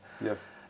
Yes